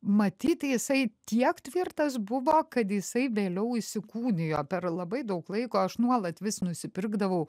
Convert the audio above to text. matyt jisai tiek tvirtas buvo kad jisai vėliau įsikūnijo per labai daug laiko aš nuolat vis nusipirkdavau